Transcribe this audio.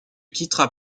quittera